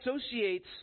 associates